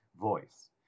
voice